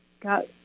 Got